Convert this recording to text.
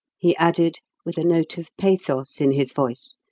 he added, with a note of pathos in his voice.